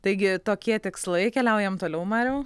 taigi tokie tikslai keliaujam toliau mariau